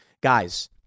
guys